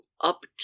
up